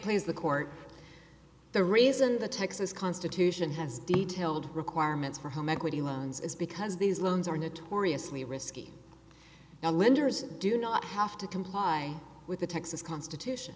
please the court the reason the texas constitution has detailed requirements for home equity loans is because these loans are notoriously risky now lenders do not have to comply with the texas constitution